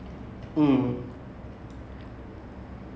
like okay but so err